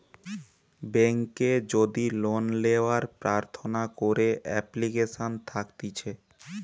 বেংকে যদি লোন লেওয়ার প্রার্থনা করে এপ্লিকেশন থাকতিছে